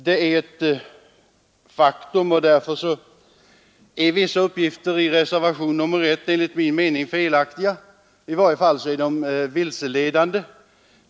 Det är ett faktum, och därför är vissa uppgifter i reservationen 1 enligt min mening felaktiga — i varje fall vilseledande.